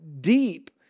deep